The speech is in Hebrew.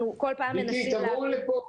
אנחנו כל פעם מנסים- - אני